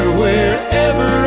wherever